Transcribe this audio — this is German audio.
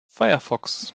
firefox